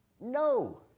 No